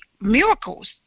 miracles